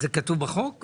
זה כתוב בחוק?